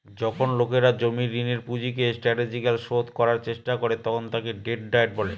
যখন লোকেরা জমির ঋণের পুঁজিকে স্ট্র্যাটেজিকালি শোধ করার চেষ্টা করে তখন তাকে ডেট ডায়েট বলে